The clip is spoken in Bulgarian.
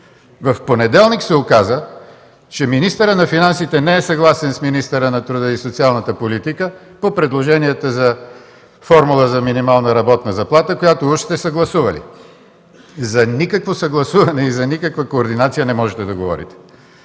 В понеделник се оказа, че министърът на финансите не е съгласен с министъра на труда и социалната политика по предложенията за формула за минимална работна заплата, която уж сте съгласували. За никакво съгласуване и за никаква координация не можете да говорите.